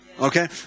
okay